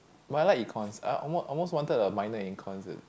but I like Econs I almost almost wanted a minor in Econs